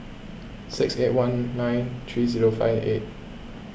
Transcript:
six eight one nine three zero five eight